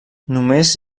només